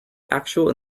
actual